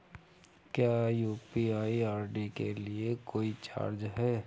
क्या UPI ID के लिए कोई चार्ज है?